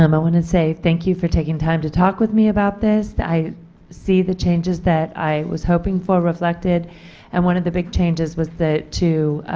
um i want to say thank you for taking time to talk with me about this, i see the changes that i was hoping for reflected and one of the big changes was that to